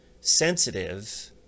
sensitive